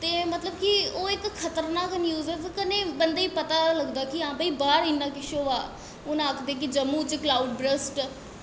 ते मतलब कि ओह् इक खतरनाक न्यूज़ कन्नै बंदे गी पता लगदा कि हां बाई बाह्र इन्ना किश होआ दा हून आखदे कि जम्मू च कलाऊड़ ब्रस्ट